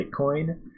bitcoin